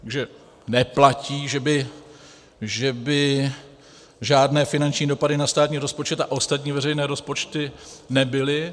Takže neplatí, že by žádné finanční dopady na státní rozpočet a ostatní veřejné rozpočty nebyly.